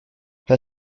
her